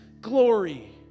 glory